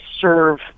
serve